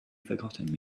forgotten